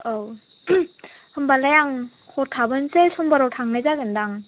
औ होमबालाय आं हर थाबोनसै समबाराव थांनाय जागोन दां